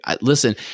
listen